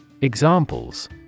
Examples